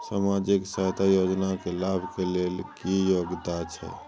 सामाजिक सहायता योजना के लाभ के लेल की योग्यता छै?